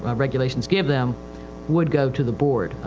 um ah regulations give them would go to the board.